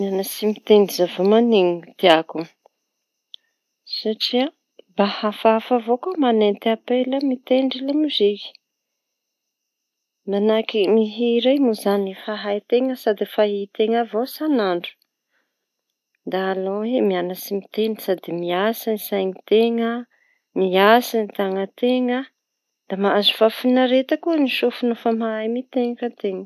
Mianatsy mitendry zava maneno nitiako satria afahafa avao koa manenty ampela mitendry lamoziky. Manahaky mihira iñy moa izañy efa hai-teña sady efa ahia-teña avao isanandra da aleo mianatsy mitendry fa sady miasa sain-teña miasa tanan teña da mahazo fahafinaretana koa sofiñy fa mahy mitendry an-teña.